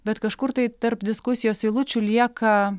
bet kažkur tai tarp diskusijos eilučių lieka